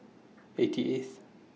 eighty eighth